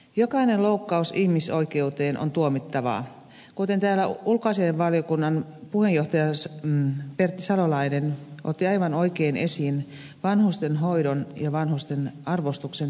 jokainen loukkaus ihmisoikeutta kohtaan on tuomittavaa kuten täällä ulkoasiainvaliokunnan puheenjohtaja pertti salolainen otti aivan oikein esiin vanhustenhoidon ja vanhusten arvostuksen tärkeyden